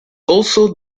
also